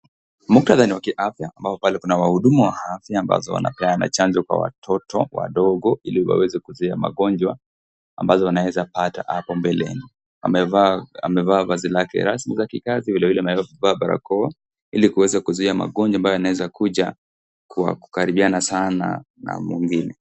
Muktadha ni wa kiafya ambao pale kuna wahudumu afya ambazo wanapeana chanjo kwa watoto wadogo ili waweze kuzuia magonjwa ambazo wanaweza pata hapo mbeleni. Amevaa vazi lake rasmi za kikazi vilevile ameweza kuvaa barakoa ili kuweza kuzuia magonjwa ambayo yanaweza kuja kwa kukaribiana sana na mwingine.